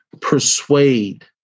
persuade